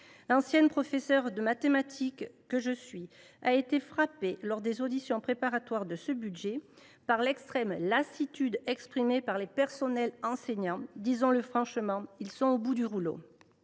L’ancienne professeure de mathématiques que je suis a été frappée lors des auditions préparatoires de ce budget par l’extrême lassitude exprimée par les personnels enseignants. Disons le franchement, ils sont au bout du rouleau.